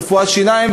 רפואת שיניים,